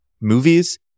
movies